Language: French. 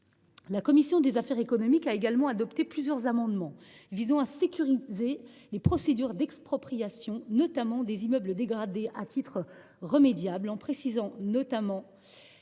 La commission des affaires économiques a aussi adopté plusieurs amendements visant à sécuriser les procédures d’expropriation, notamment des immeubles dégradés à titre remédiable, en précisant les